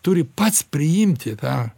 turi pats priimti tą